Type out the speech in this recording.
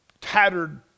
tattered